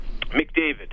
mcdavid